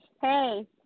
Hey